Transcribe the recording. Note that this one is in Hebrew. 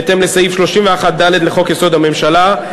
בהתאם לסעיף 31(ד) לחוק-יסוד: הממשלה,